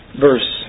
verse